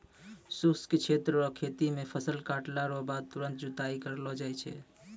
शुष्क क्षेत्र रो खेती मे फसल काटला रो बाद तुरंत जुताई करलो जाय छै